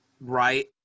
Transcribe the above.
right